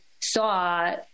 saw